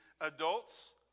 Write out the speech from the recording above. adults